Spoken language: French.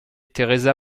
teresa